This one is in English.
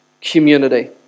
community